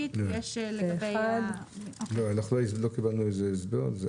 אנחנו לא קיבלנו הסבר.